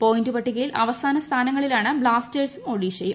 point പട്ടികയിൽ അവസാന സ്ഥാനങ്ങളിലാണ് ബ്ലാസ്റ്റേഴ്സും ഒഡിഷയും